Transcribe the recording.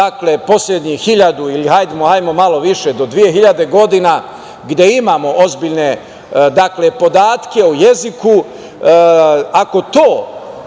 dakle poslednjih hiljadu ili hajdemo malo više, do dve hiljade godina, gde imamo ozbiljne podatke o jeziku, ako to